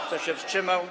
Kto się wstrzymał?